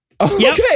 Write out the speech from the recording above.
Okay